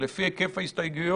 ולפי היקף ההסתייגויות,